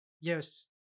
yes